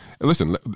Listen